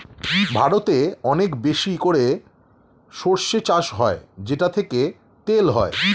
ভারতে অনেক বেশি করে সরষে চাষ হয় যেটা থেকে তেল হয়